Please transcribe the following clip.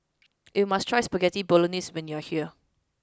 you must try Spaghetti Bolognese when you are here